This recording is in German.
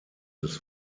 des